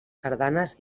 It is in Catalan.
sardanes